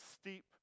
steep